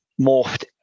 morphed